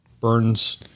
burns